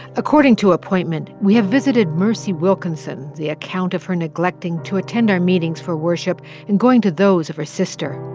according to appointment, we have visited mercy wilkinson, the account of her neglecting to attend our meetings for worship and going to those of her sister